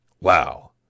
Wow